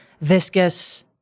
viscous